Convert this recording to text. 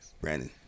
Brandon